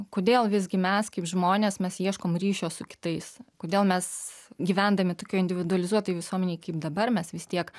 kodėl visgi mes kaip žmonės mes ieškom ryšio su kitais kodėl mes gyvendami tokioj individualizuotoj visuomenėj kaip dabar mes vis tiek